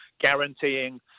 guaranteeing